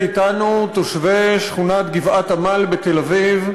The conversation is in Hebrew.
פינוי משפחות מבתיהן בשכונת גבעת-עמל בתל-אביב.